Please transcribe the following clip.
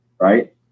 right